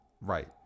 right